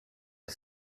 the